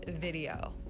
video